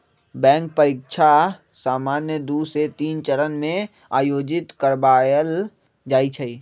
bank परीकछा सामान्य दू से तीन चरण में आयोजित करबायल जाइ छइ